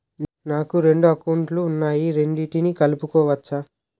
నాకు రెండు అకౌంట్ లు ఉన్నాయి రెండిటినీ కలుపుకోవచ్చా?